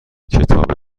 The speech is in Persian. کتاب